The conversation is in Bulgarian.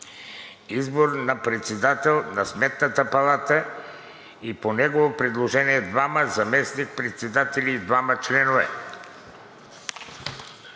Избор на председател на Сметната палата и по негово предложение – двама заместник-председатели и двама членове.